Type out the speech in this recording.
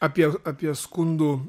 apie apie skundų